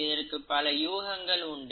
இதற்கு பல யூகங்ககள் உண்டு